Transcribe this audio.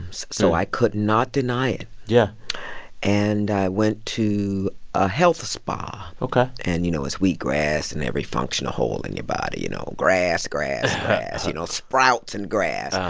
so i could not deny it yeah and i went to a health spa ok and, you know, it's wheat grass in every functional hole in your body you know, grass, grass, grass you know, sprouts and grass.